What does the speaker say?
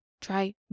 try